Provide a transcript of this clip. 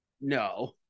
no